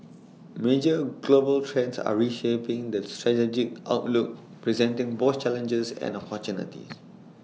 major global trends are reshaping the strategic outlook presenting both challenges and opportunities